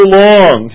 long